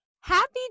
Happy